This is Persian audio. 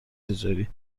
تجاری